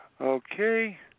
Okay